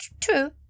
True